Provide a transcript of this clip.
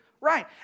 Right